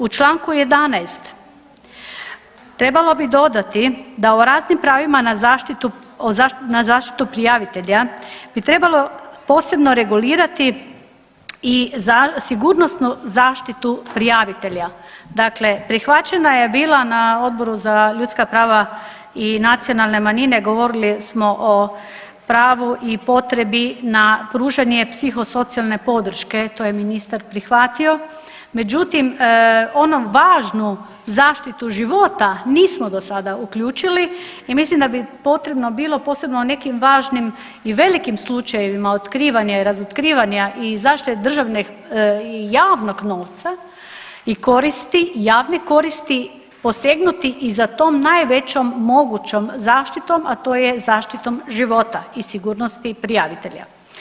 U čl. 11 trebalo bi dodati da u raznim pravima na zaštitu prijavitelja bi trebalo posebno regulirati i sigurnosnu zaštitu prijavitelja, dakle prihvaćena je bila na Odboru za ljudska prava i nacionalne manjine, govorili smo o pravu i potrebi na pružanje psihosocijalne podrške, to je ministar prihvatio, međutim onom važnu zaštitu života nismo do sada uključili i mislim da bi potrebno bilo, posebno nekim važnim i velikim slučajevima otkrivanja i razotkrivanja i zaštite državnog i javnog novca, i koristi, javne koristi, posegnuti i za tom najvećom mogućom zaštitom,a to je zaštitom života i sigurnosti prijavitelja.